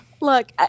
Look